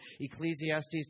Ecclesiastes